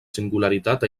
singularitat